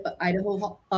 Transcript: Idaho